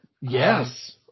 Yes